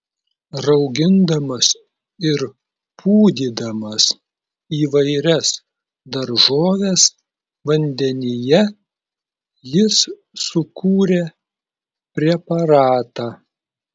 raugindamas ir pūdydamas įvairias daržoves vandenyje jis sukūrė preparatą